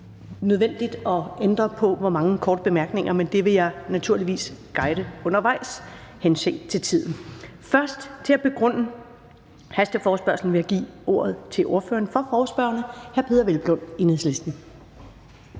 blive nødvendigt at ændre på, hvor mange korte bemærkninger der kan være. Men jeg vil naturligvis guide undervejs, henset til tiden. Først til at begrunde hasteforespørgslen vil jeg give ordet til ordføreren for forespørgerne, hr. Peder Hvelplund, Enhedslisten.